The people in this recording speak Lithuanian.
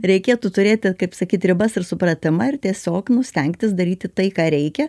reikėtų turėti kaip sakyt ribas ir supratimą ir tiesiog nu stengtis daryti tai ką reikia